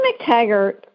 mctaggart